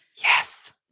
Yes